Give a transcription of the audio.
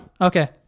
Okay